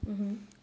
mmhmm